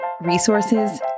resources